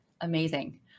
Amazing